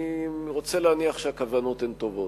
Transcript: אני רוצה להניח שהכוונות הן טובות,